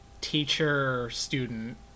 teacher-student